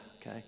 okay